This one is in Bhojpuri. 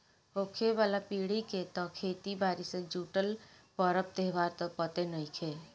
होखे वाला पीढ़ी के त खेती बारी से जुटल परब त्योहार त पते नएखे